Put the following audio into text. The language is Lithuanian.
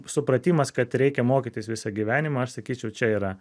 supratimas kad reikia mokytis visą gyvenimą aš sakyčiau čia yra